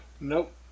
Nope